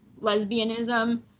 lesbianism